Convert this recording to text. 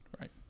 Right